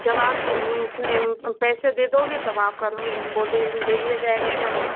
जब आप पैसे दे दोगे तब आपका वो दे दे दिया जाएगा सोना